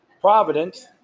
Providence